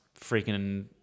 freaking